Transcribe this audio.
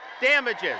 damages